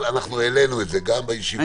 אנחנו העלינו את זה גם בישיבה אתמול,